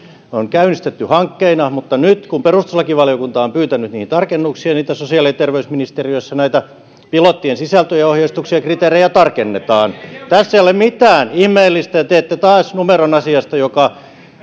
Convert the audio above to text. on käynnistetty hankkeina mutta nyt kun perustuslakivaliokunta on pyytänyt niihin tarkennuksia sosiaali ja terveysministeriössä pilottien sisältöjen ja ohjeistuksien kriteerejä tarkennetaan tässä ei ole mitään ihmeellistä ja teette taas numeron asiasta joka